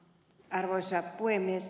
arvoisa puhemies